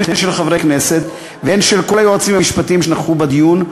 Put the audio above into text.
הן של חברי כנסת והן של כל היועצים המשפטיים שנכחו בדיון,